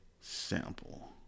sample